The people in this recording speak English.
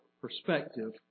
perspective